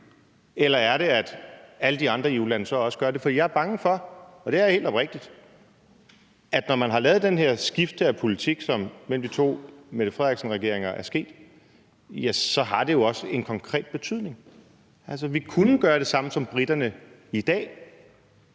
eller er det, at alle de andre EU-lande så også gør det? For jeg er jo helt oprigtigt bange for, at det, når man har lavet det her skifte i politik, som det er sket mellem de to Mette Frederiksen-regeringer, så også har en konkret betydning. Altså, vi kunne gøre det samme, som briterne i dag